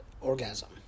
orgasm